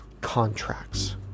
contracts